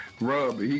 Rub